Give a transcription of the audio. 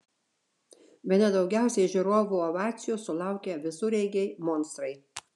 bene daugiausiai žiūrovų ovacijų sulaukė visureigiai monstrai